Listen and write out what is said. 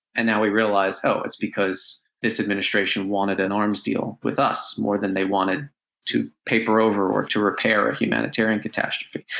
and now we realize, oh, it's because this administration wanted an arms deal with us, more than they wanted to paper over or to repair a humanitarian catastrophe.